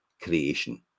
creation